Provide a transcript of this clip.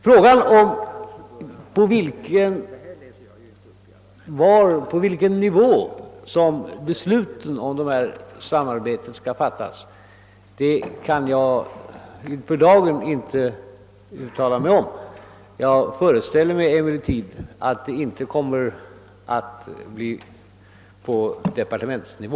Frågan om på vilken nivå besluten om detta samarbete skall fattas kan jag för dagen inte besvara. Jag föreställer mig emellertid att det inte kommer att bli på departementsnivå.